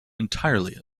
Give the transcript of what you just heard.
entirely